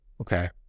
Okay